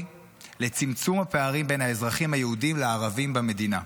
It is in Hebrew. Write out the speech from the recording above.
לצמצום הפערים בין האזרחים היהודים לערבים במדינה.